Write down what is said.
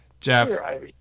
Jeff